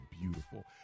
beautiful